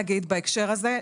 בהקשר הזה אגיד,